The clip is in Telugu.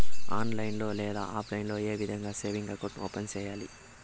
ఆన్లైన్ లో లేదా ఆప్లైన్ లో ఏ విధంగా సేవింగ్ అకౌంట్ ఓపెన్ సేయాలి